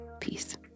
Peace